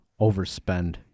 overspend